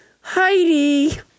Heidi